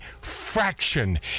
fraction